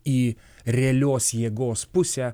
į realios jėgos pusę